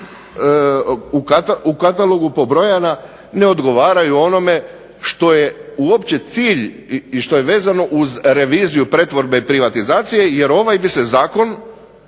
u katalogu pobrojana ne odgovaraju onome što je uopće cilj i što je vezano uz reviziju pretvorbe i privatizacije jer ovaj bi se zakon